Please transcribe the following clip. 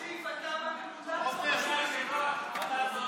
אדוני היושב-ראש, אתה צודק,